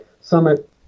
summit